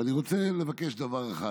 אבל אני רוצה לבקש דבר אחד.